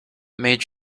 made